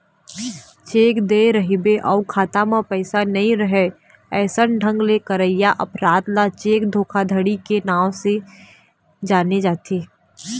cheque दे रहिबे अउ खाता म पइसा नइ राहय अइसन ढंग ले करइया अपराध ल चेक धोखाघड़ी के नांव ले जाने जाथे